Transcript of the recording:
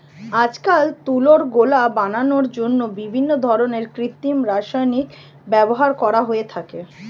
আজকাল তুলোর গোলা বানানোর জন্য বিভিন্ন ধরনের কৃত্রিম রাসায়নিকের ব্যবহার করা হয়ে থাকে